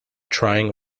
trying